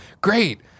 great